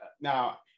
Now